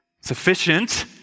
Sufficient